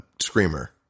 screamer